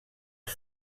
als